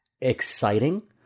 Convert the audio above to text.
exciting